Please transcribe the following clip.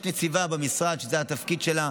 יש נציבה במשרד שזה התפקיד שלה,